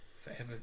forever